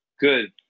Good